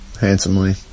handsomely